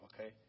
okay